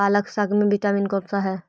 पालक साग में विटामिन कौन सा है?